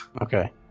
okay